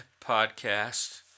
podcast